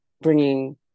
bringing